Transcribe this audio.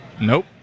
Nope